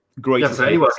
great